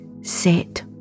set